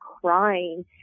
crying